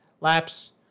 laps